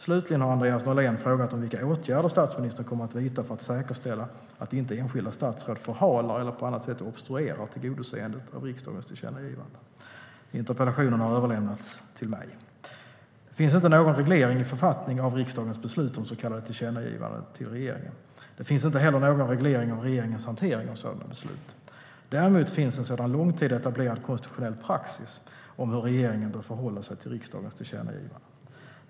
Slutligen har Andreas Norlén frågat vilka åtgärder statsministern kommer att vidta för att säkerställa att enskilda statsråd inte förhalar eller på annat sätt obstruerar tillgodoseendet av riksdagens tillkännagivanden. Interpellationen har överlämnats till mig. Det finns ingen reglering i författning av riksdagens beslut om så kallade tillkännagivanden till regeringen. Det finns inte heller någon reglering av regeringens hantering av sådana beslut. Däremot finns en sedan lång tid etablerad konstitutionell praxis om hur regeringen bör förhålla sig till riksdagens tillkännagivanden.